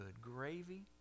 gravy